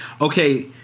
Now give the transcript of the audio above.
okay